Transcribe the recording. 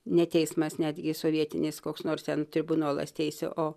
ne teismas netgi sovietinis koks nors ten tribunolas teisia o